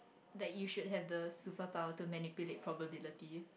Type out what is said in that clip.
that you should have the superpower to manipulate probability